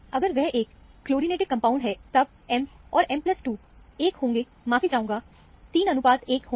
अगर वह एक क्लोरिनेटेड कंपाउंड है तब M और M2 1 होंगे माफी चाहूंगा 31 के अनुपात में होंगे